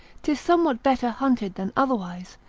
tis somewhat better hunted than otherwise,